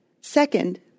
Second